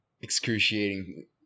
excruciating